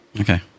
okay